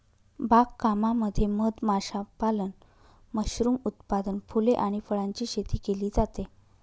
बाग कामामध्ये मध माशापालन, मशरूम उत्पादन, फुले आणि फळांची शेती केली जाते